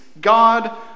God